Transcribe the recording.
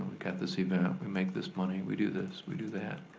got this event, we make this money, we do this, we do that.